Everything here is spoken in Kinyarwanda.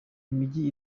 imijyi